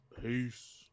Peace